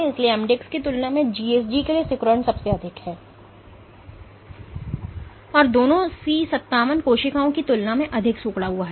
इसलिए mdx की तुलना में gsg के लिए सिकुड़न सबसे अधिक है और दोनों C57 कोशिकाओं की तुलना में अधिक सिकुड़ा हुआ है